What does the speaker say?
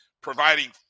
providing